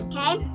Okay